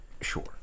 Sure